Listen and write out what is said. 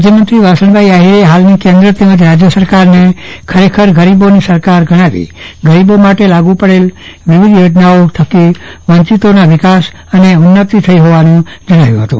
રાજ્યમંત્રી શ્રી વાસણભાઇ આહિરે હાલની કેન્દ્ર તેમજ રાજ્ય સરકારને ખરેખર ગરીબોની સરકાર ગણાવી ગરોબો માટે લાગુ પડેલ વિવિધ યોજનાઓ થકી વંચિતોના વિકાસ અને ઉન્નતી થઇ હોવાનું જણાવ્યું હતું